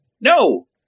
no